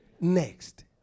Next